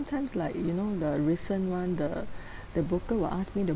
~times like you know the recent one the the broker will ask me to